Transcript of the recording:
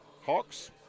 Hawks